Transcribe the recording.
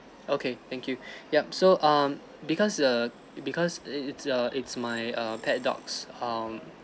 okay thank you yup so um because err because it is err it's my uh pet dogs um